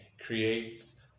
creates